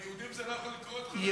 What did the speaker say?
ליהודים זה לא יכול לקרות, חבר הכנסת, ?